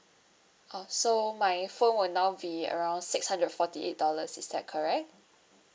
oh so my phone will now be around six hundred forty eight dollars is that correct